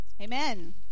Amen